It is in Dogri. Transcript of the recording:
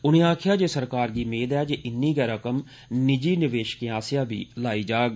उनें आक्खेआ जे सरकार गी मेद ऐ जे इननी गै रकम निजी निवेशकें आस्सेआ बी लाई जाग